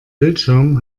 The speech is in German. bildschirm